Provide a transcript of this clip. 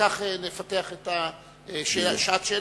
כך נפתח את שעת שאלות,